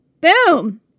boom